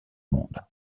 monde